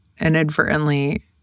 inadvertently